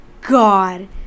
god